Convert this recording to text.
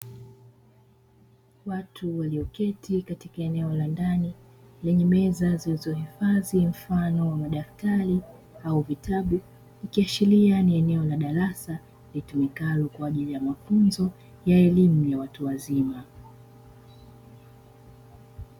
Watu walioketi katika eneo la ndani lenye meza zilizohifadhi mfano wa madaftari au vitabu. Ikiashiria ni eneo la darasa litumikalo kwa ajili ya mafunzo ya elimu ya watu wazima.